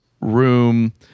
room